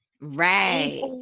right